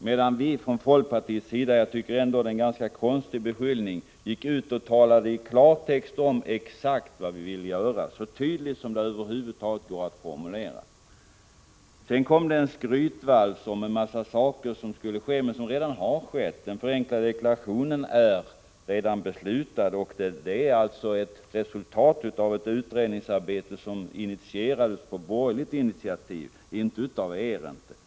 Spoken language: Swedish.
Vi från folkpartiets sida däremot — som, enligt vad jag tycker, utsatts för en ganska konstig beskyllning — gick ut och talade om i klartext exakt vad vi ville göra, så tydligt som det över huvud taget går att formulera. Sedan kom det en skrytvals om en massa saker som skulle ske, men som redan har skett. Den förenklade deklarationen är redan beslutad. Den är ett resultat av ett utredningsarbete som initierades från borgerligt håll, inte av er.